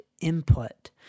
input